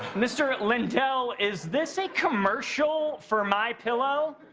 mr. lindell, is this a commercial for my pillow?